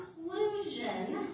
conclusion